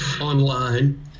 online